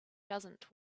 doesn’t